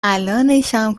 الانشم